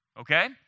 Okay